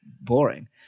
boring